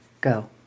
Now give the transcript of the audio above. Go